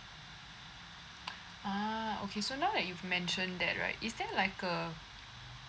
ah okay so now that you've mentioned that right is there like